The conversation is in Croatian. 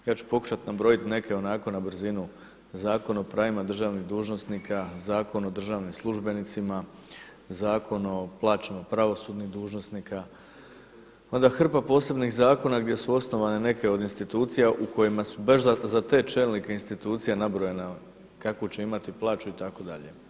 Ja ću pokušati nabrojati neke onako na brzinu, Zakon o pravima državnih dužnosnika, Zakon o državnim službenicima, Zakon o plaćama pravosudnih dužnosnika, onda hrpa posebnih zakona gdje su osnovane neke od institucija u kojima su baš za te čelnike institucija nabrajana kakvu će imati plaću itd.